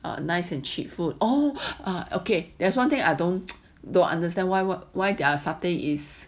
err nice and cheap food all err okay there's one thing I don't I don't understand why would why their satay is